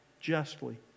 justly